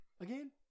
Again